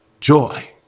joy